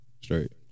Straight